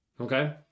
Okay